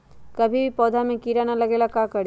कभी भी पौधा में कीरा न लगे ये ला का करी?